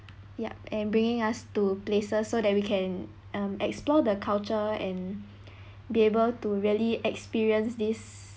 yup and bringing us to places so that we can um explore the culture and be able to really experience this